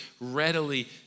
readily